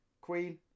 Queen